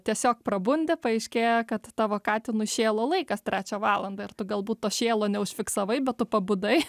tiesiog prabunda paaiškėja kad tavo katinui šėlo laikas trečią valandą ir tu galbūt to šėlo neužfiksavai bet tu pabudai